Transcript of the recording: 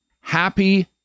Happy